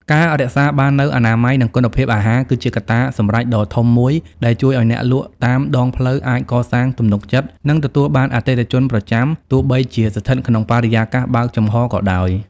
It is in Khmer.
ការរក្សាបាននូវអនាម័យ និងគុណភាពអាហារគឺជាកត្តាសម្រេចដ៏ធំមួយដែលជួយឱ្យអ្នកលក់តាមដងផ្លូវអាចកសាងទំនុកចិត្ត និងទទួលបានអតិថិជនប្រចាំ ទោះបីជាស្ថិតក្នុងបរិយាកាសបើកចំហក៏ដោយ។